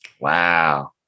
wow